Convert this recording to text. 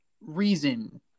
reason